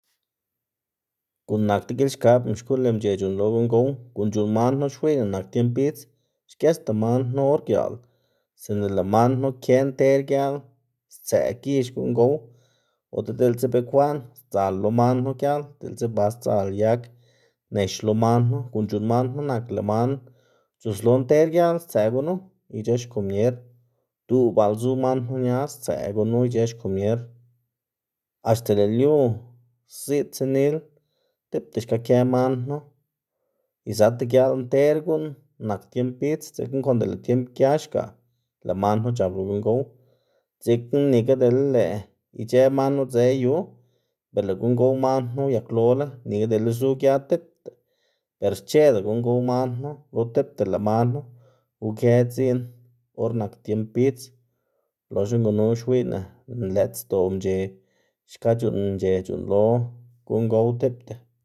Guꞌn nak degilxkabná xkuꞌn lëꞌ mc̲h̲e c̲h̲uꞌnnlo guꞌn gow, guꞌn c̲h̲uꞌnn man knu xwiyná nak tiemb bidz xgesda man knu or giaꞌl, sinda lëꞌ man knu kë nter giaꞌl stsë' gix guꞌn gow ota diꞌltsa bekwaꞌn sdzal lo man knu giaꞌl. Diꞌltsa ba sdzal yag nex lo man knu guꞌn c̲h̲uꞌnn man knu nak lëꞌ man c̲h̲uslo nter giaꞌl stsëꞌ gunu ic̲h̲ë xkomier, duꞌ baꞌl zu man knu ñaz stsëꞌ gunu ic̲h̲ë xkomier, axta lëꞌ lyu ziꞌd tsenil tipta xka kë man knu izatá giaꞌl nter guꞌn nak tiemb bidz, dzekna konde lëꞌ tiemb gia xgaꞌ lëꞌ man knu chapla guꞌn gow, dzekna nika dele lëꞌ ic̲h̲ë man knu dzeꞌ yu ber lëꞌ guꞌn gow man knu uyaklola, nika dele zu gia tipta ber xchedc̲h̲a guꞌn gow man knu, lo tipta lëꞌ man knu ukë dziꞌn or nak tiemb bidz loxna gunu xwiyná nlëtsdo' mc̲h̲e xka c̲h̲uꞌnn mc̲h̲e c̲h̲uꞌnnlo guꞌn gow tipta.